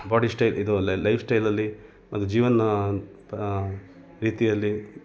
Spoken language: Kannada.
ಬಾಡಿ ಸ್ಟೈಲ್ ಇದು ಲೈಫ್ ಸ್ಟೈಲಲ್ಲಿ ಒಂದು ಜೀವನ ತ ರೀತಿಯಲ್ಲಿ